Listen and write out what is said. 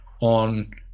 on